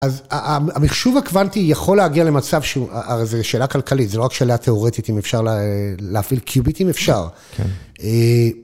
אז המחשוב הקוונטי יכול להגיע למצב שהוא, הרי זו שאלה כלכלית, זו לא רק שאלה תיאורטית אם אפשר להפעיל קיוביטים, אפשר.